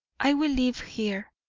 i will live here.